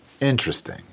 Interesting